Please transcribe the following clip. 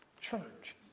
church